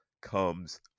comes